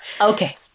Okay